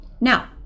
Now